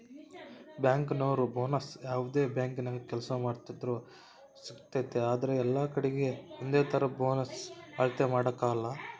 ಬ್ಯಾಂಕಿನೋರು ಬೋನಸ್ನ ಯಾವ್ದೇ ಬ್ಯಾಂಕಿನಾಗ ಕೆಲ್ಸ ಮಾಡ್ತಿದ್ರೂ ಸಿಗ್ತತೆ ಆದ್ರ ಎಲ್ಲಕಡೀಗೆ ಒಂದೇತರ ಬೋನಸ್ ಅಳತೆ ಮಾಡಕಲ